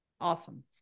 awesome